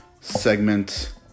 Segment